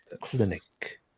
Clinic